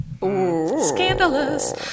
scandalous